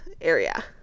area